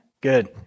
Good